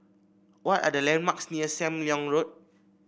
what are the landmarks near Sam Leong Road